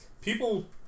People